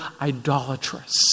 idolatrous